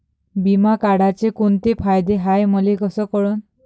बिमा काढाचे कोंते फायदे हाय मले कस कळन?